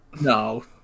No